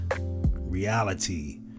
reality